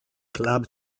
club